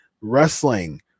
wrestling